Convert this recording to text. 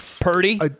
Purdy